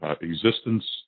existence